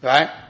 Right